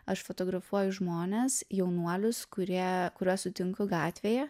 aš fotografuoju žmones jaunuolius kurie kuriuos sutinku gatvėje